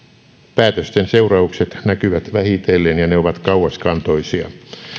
päätösten seuraukset näkyvät vähitellen ja ne ovat kauaskantoisia